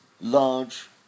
large